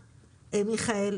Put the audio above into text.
מיכאל,